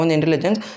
intelligence